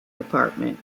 department